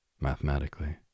mathematically